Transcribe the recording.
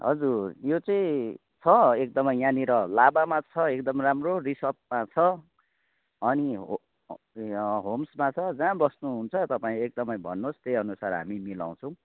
हजुर यो चाहिँ छ एकदमै यहाँनिर लाभामा छ एकदम राम्रो रिसापमा छ अनि होम्समा छ जहाँ बस्नुहुन्छ तपाईँ एकदमै भन्नुहोस् त्यही अनुसार हामी मिलाउँछौँ